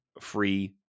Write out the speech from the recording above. free